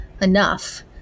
enough